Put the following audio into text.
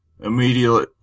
immediately